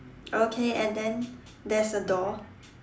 okay and then there's a door